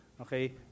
okay